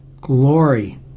glory